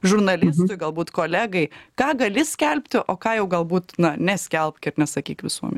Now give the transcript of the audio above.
žurnalistui galbūt kolegai ką gali skelbti o ką jau galbūt na neskelbk ir nesakyk visuomenei